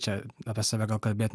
čia apie save gal kalbėt